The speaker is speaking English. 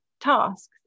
tasks